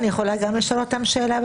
אני יכולה גם לשאול אותם שאלה?